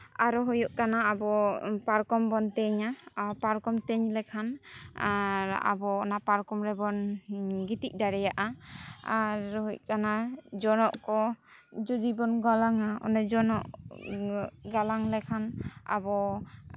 ᱟᱨᱚ ᱦᱩᱭᱩᱜ ᱠᱟᱱᱟ ᱟᱵᱚ ᱯᱟᱨᱚᱠᱚᱢ ᱵᱚᱱ ᱛᱮᱧᱟ ᱯᱟᱨᱠᱚᱢ ᱛᱮᱧ ᱞᱮᱠᱷᱟᱱ ᱟᱨ ᱟᱵᱚ ᱚᱱᱟ ᱯᱟᱨᱠᱚᱢ ᱨᱮᱵᱚᱱ ᱜᱤᱛᱤᱡ ᱫᱟᱲᱮᱭᱟᱜᱼᱟ ᱟᱨ ᱦᱩᱭᱩᱜ ᱠᱟᱱᱟ ᱡᱚᱱᱚᱜ ᱠᱚ ᱡᱩᱫᱤ ᱵᱚᱱ ᱜᱟᱞᱟᱝᱟ ᱚᱱᱟ ᱡᱚᱱᱚᱜ ᱜᱟᱞᱟᱝ ᱞᱮᱠᱷᱟᱱ ᱟᱵᱚ